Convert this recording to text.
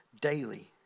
daily